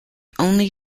only